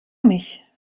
mich